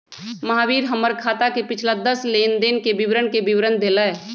महावीर हमर खाता के पिछला दस लेनदेन के विवरण के विवरण देलय